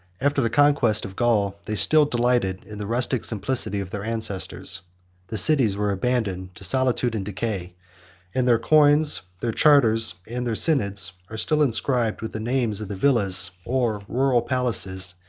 after the conquest of gaul, they still delighted in the rustic simplicity of their ancestors the cities were abandoned to solitude and decay and their coins, their charters, and their synods, are still inscribed with the names of the villas, or rural palaces,